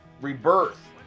rebirth